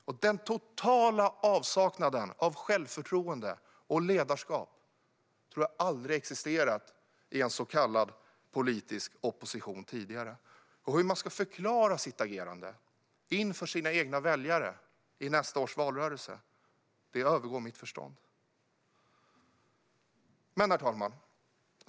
En sådan total avsaknad av självförtroende och ledarskap tror jag aldrig har existerat i en så kallad politisk opposition tidigare. Hur man ska förklara sitt agerande inför sina egna väljare i nästa års valrörelse övergår mitt förstånd. Herr talman!